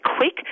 quick